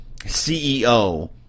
CEO